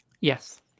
Yes